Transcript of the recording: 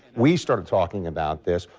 we started talking about this.